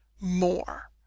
more